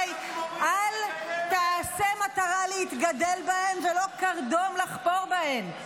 ה' "אל תעשם עטרה להתגדל בהן ולא קרדום לחפור בהן.